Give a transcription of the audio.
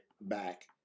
back